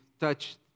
touch